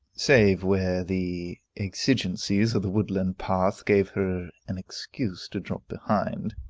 save where the exigencies of the woodland path gave her an excuse to drop behind.